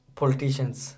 politicians